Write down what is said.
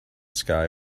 sky